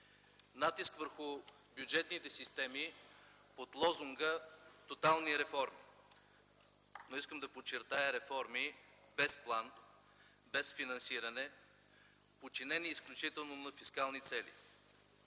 натиск върху бюджетните системи под лозунга „Тотални реформи” – но искам да подчертая, реформи без план, без финансиране, подчинени изключително на фискални цели;